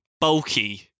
bulky